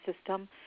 system